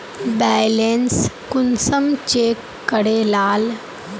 Balance कुंसम check करे लाल?